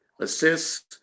assists